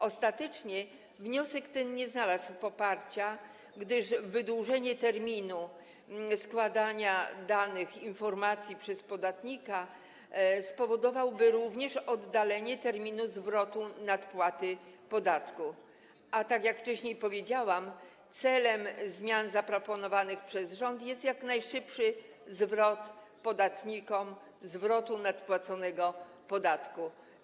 Ostatecznie wniosek ten nie znalazł poparcia, gdyż wydłużenie terminu składania danych, informacji przez podatnika spowodowałoby również oddalenie terminu zwrotu nadpłaty podatku, a - tak jak wcześniej powiedziałam - celem zmian zaproponowanych przez rząd jest jak najszybszy zwrot podatnikom nadpłaconego podatku.